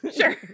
Sure